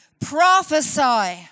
Prophesy